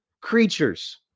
creatures